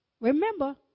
Remember